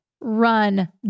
Run